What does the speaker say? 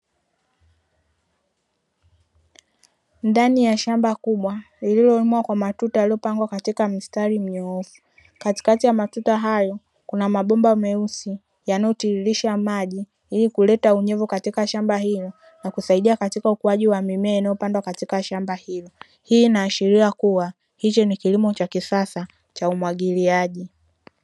Ndani ya shamba kubwa lililolimwa kwa matuta yaliyopangwa katika mstari mnyoofu. Katikati ya matuta hayo kuna mabomba meusi yanayotiririsha maji ili kuleta unyevu katika shamba hilo na kusaidia katika ukuaji wa mimea inayopandwa katika shamba hilo. Hii inaashiria kuwa hiki ni kilimo cha kisasa cha umwagiliaji.